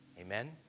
Amen